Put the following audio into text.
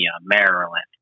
Maryland